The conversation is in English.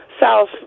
south